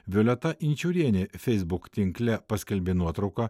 violeta inčiūrienė facebook tinkle paskelbė nuotrauką